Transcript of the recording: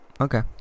Okay